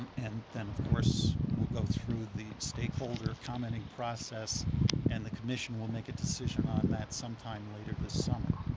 um and then of course we will go through the stakeholder commenting process and the commission will make a decision on that sometime later this summer.